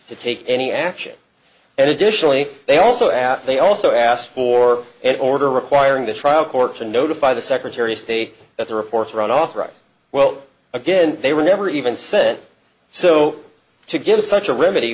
to take any action and additionally they also asked they also asked for an order requiring the trial court to notify the secretary of state that the report's run off right well again they were never even sent so to give such a remedy